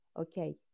Okay